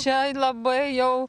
čia labai jau